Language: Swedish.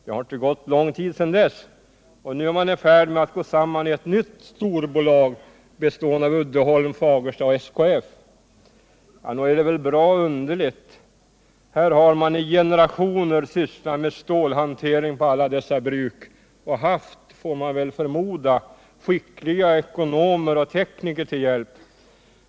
Det har inte gått lång tid sedan dess, och nu är man i färd med att gå samman i ett nytt storbolag bestående av Uddeholm, Fagersta och SKF. Nog är det väl bra underligt. Här har man i generationer sysslat med stålhantering på alla dessa bruk och haft — får man väl förmoda — skickliga ekonomer och tekniker till hjälp.